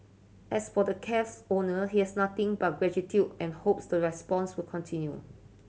as for the cafe's owner he has nothing but gratitude and hopes the response will continue